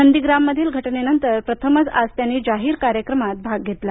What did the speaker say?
नंदीग्राममधील घटनेनंतर प्रथमच आज त्यांनी जाहीर कार्यक्रमात भाग घेतला